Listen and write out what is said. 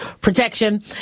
protection